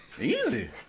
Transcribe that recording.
Easy